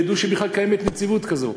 ידעו שבכלל קיימת נציבות כזאת.